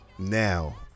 now